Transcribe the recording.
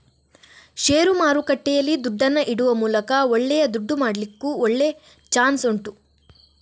ಷೇರು ಮಾರುಕಟ್ಟೆಯಲ್ಲಿ ದುಡ್ಡನ್ನ ಇಡುವ ಮೂಲಕ ಒಳ್ಳೆ ದುಡ್ಡು ಮಾಡ್ಲಿಕ್ಕೂ ಒಳ್ಳೆ ಚಾನ್ಸ್ ಉಂಟು